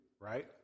right